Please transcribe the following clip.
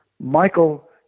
Michael